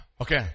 Okay